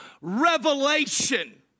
Revelation